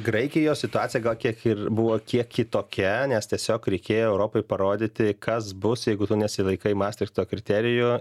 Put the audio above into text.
graikijos situacija gal kiek ir buvo kiek kitokia nes tiesiog reikėjo europai parodyti kas bus jeigu tu nesilaikai mastrichto kriterijų